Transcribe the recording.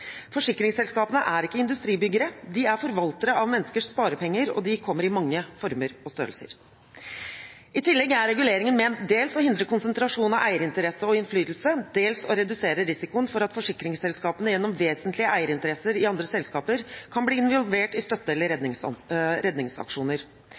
Forsikringsselskapene er ikke industribyggere; de er forvaltere av menneskers sparepenger, og de kommer i mange former og størrelser. I tillegg er reguleringen ment dels å hindre konsentrasjon av eierinteresse og innflytelse, dels å redusere risikoen for at forsikringsselskapene gjennom vesentlige eierinteresser i andre selskaper kan bli involvert i støtte- eller redningsaksjoner.